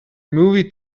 movie